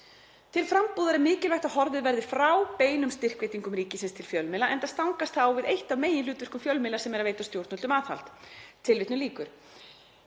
Til frambúðar er mikilvægt að horfið verði frá beinum styrkveitingum ríkisins til fjölmiðla enda stangast það á við eitt af meginhlutverkum fjölmiðla sem er að veita stjórnvöldum aðhald.“ Mótsögnin